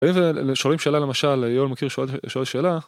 אם שואלים שאלה למשל, יואל מכיר שואלת שאלה.